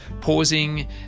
pausing